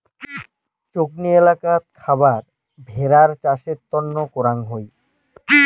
চৌকনি এলাকাত খাবার ভেড়ার চাষের তন্ন করাং হই